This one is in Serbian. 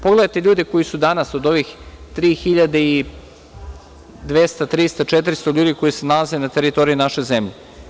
Pogledajte ljude koji su danas od ovih 3.200, 3.300, 3.400 ljudi koji se nalaze na teritoriji naše zemlje.